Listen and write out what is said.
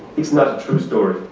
it's not a true story.